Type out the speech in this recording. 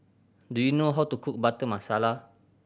do you know how to cook Butter Masala